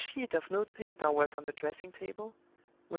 a sheet of note-paper was on the dressing-table,